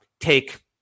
take